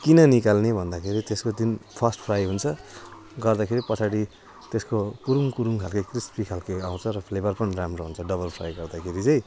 किन निकाल्ने भन्दाखेरि त्यसको जुन फर्स्ट फ्राई हुन्छ गर्दाखेरि पछाडि त्यसको कुरुम कुरुम खालके क्रिस्पी खालके आउँछ र फ्लेबर पनि राम्रो हुन्छ डबल फ्राई गर्दाखेरि चाहिँ